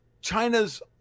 China's